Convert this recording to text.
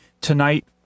tonight